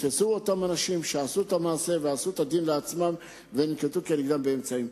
נתפסו אותם אנשים שעשו את המעשה ועשו דין לעצמם וננקטו כנגדם אמצעים.